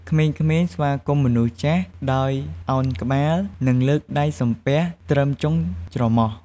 ក្មេងៗស្វាគមន៍មនុស្សចាស់ ដោយឱនក្បាល និងលើកដៃសំពះត្រឹមចុងច្រមុះ។